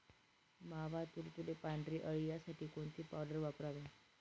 मावा, तुडतुडे, पांढरी अळी यासाठी कोणती पावडर वापरावी?